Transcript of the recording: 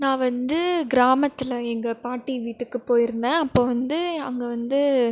நான் வந்து கிராமத்தில் எங்கள் பாட்டி வீட்டுக்குப் போயிருந்தேன் அப்போது வந்து அங்கே வந்து